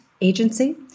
agency